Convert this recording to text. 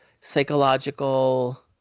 psychological